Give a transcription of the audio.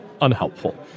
unhelpful